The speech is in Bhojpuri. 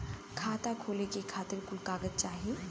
खाता खोले के खातिर कुछ कागज चाही?